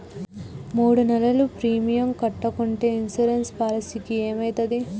మూడు నెలలు ప్రీమియం కట్టకుంటే ఇన్సూరెన్స్ పాలసీకి ఏమైతది?